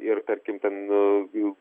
ir tarkim ten jų